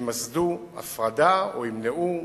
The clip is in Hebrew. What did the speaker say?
שימסדו הפרדה או ימנעו,